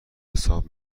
حساب